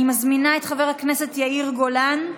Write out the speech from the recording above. אני מזמינה את חבר הכנסת יאיר גולן.